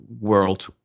world